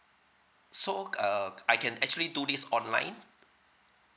so uh I can actually do this online